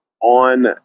on